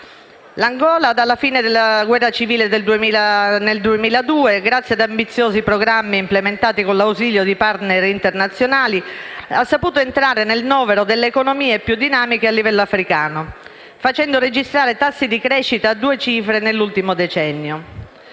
L'Angola, dalla fine della guerra civile nel 2002, grazie ad ambiziosi programmi implementati con l'ausilio di *partner* internazionali, ha saputo entrare nel novero delle economie più dinamiche a livello africano, facendo registrare tassi di crescita a due cifre nell'ultimo decennio.